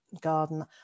garden